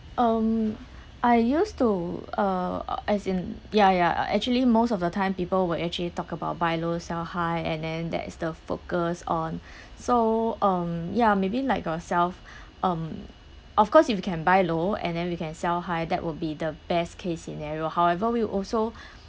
um I used to uh uh as in ya ya actually most of the time people will actually talk about buy low sell high and then that is the focus on so um ya maybe like ourself um of course if you can buy low and then we can sell high that would be the best case scenario however we also